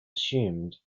assumed